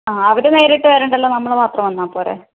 അവര് നേരിട്ട് വരണ്ടല്ലോ നമ്മള് മാത്രം വന്നാൽ പോരെ